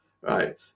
right